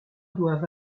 doivent